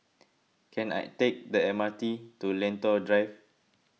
can I take the M R T to Lentor Drive